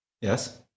Yes